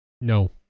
No